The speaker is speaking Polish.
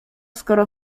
skoro